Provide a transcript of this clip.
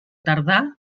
tardà